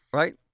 right